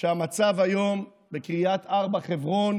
שהמצב היום בקריית ארבע-חברון